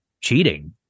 cheating